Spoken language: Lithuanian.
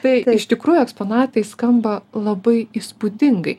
tai iš tikrųjų eksponatai skamba labai įspūdingai